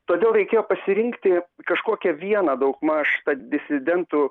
todėl reikėjo pasirinkti kažkokią vieną daugmaž tą disidentų